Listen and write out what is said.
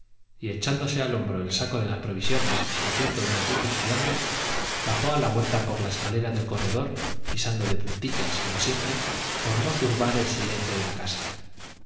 y echándose al hombro el saco de las provisiones repleto de ricos fiambres bajó a la huerta por la escalera del corredor pisando de puntillas como siempre por no turbar el silencio de la casa